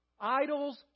idols